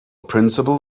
principle